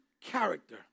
character